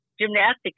gymnastics